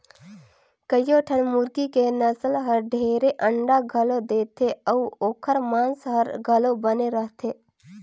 कयोठन मुरगी के नसल हर ढेरे अंडा घलो देथे अउ ओखर मांस हर घलो बने रथे